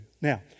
Now